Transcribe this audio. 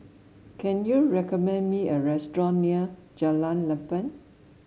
can you recommend me a restaurant near Jalan Lempeng